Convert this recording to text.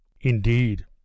Indeed